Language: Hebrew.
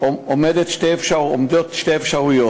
עומדות שתי אפשרויות: